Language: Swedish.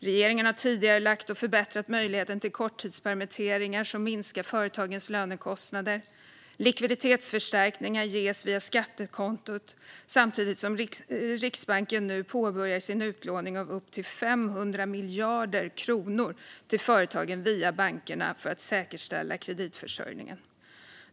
Regeringen har tidigarelagt och förbättrat möjligheten till korttidspermitteringar som minskar företagens lönekostnader. Likviditetsförstärkningar ges via skattekontot, samtidigt som Riksbanken nu påbörjar sin utlåning av upp till 500 miljarder kronor till företagen via bankerna för att säkerställa kreditförsörjningen.